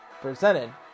presented